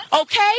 Okay